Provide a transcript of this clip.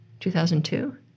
2002